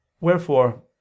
Wherefore